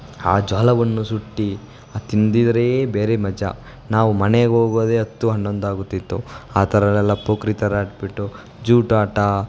ಆ ಜೋಳವನ್ನು ಸುಟ್ಟು ಆ ತಿಂತಿದ್ರೇ ಬೇರೆ ಮಜಾ ನಾವು ಮನೆಗ್ಹೋಗೋದೇ ಹತ್ತು ಹನ್ನೊಂದು ಆಗುತಿತ್ತು ಆ ಥರರೆಲ್ಲ ಪೋಕ್ರಿ ಥರ ಆಡಿಬಿಟ್ಟು ಜೂಟಾಟಾ